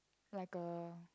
like a